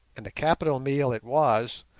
and a capital meal it was,